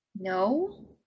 No